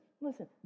listen